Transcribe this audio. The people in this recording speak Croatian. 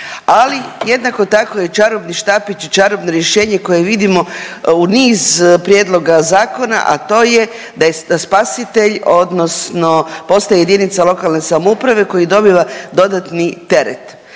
ali jednako tako je čarobni štapić i čarobno rješenje koje vidimo u niz prijedloga zakona, a to je da spasitelj odnosno postaje jedinica lokalne samouprave koji dobiva dodatni teret.